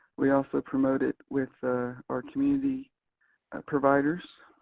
we also promote it with our community providers